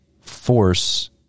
force